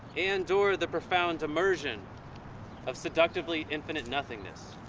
and endure the profound immersion of seductively infinite nothingness.